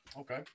Okay